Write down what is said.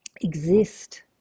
exist